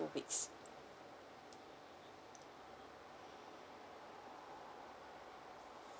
two weeks